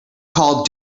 called